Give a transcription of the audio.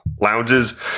lounges